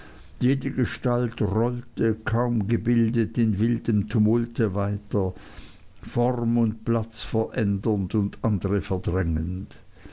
jede gestalt rollte kaum gebildet in wildem tumulte weiter form und platz verändernd und andere verdrängend